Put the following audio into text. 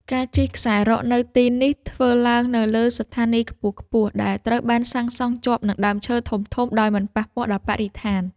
ការជិះខ្សែរ៉កនៅទីនេះ ធ្វើឡើងនៅលើស្ថានីយខ្ពស់ៗដែលត្រូវបានសាងសង់ជាប់នឹងដើមឈើធំៗដោយមិនប៉ះពាល់ដល់បរិស្ថាន។